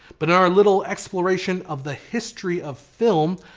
but in our little exploration of the history of film,